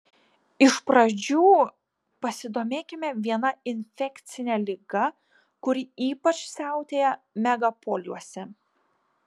iš pradžių pasidomėkime viena infekcine liga kuri ypač siautėja megapoliuose